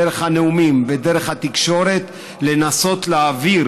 דרך הנאומים ודרך התקשורת לנסות להעביר